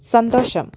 സന്തോഷം